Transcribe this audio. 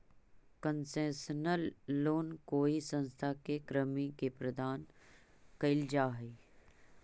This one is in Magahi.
कंसेशनल लोन कोई संस्था के कर्मी के प्रदान कैल जा हइ